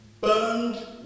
burned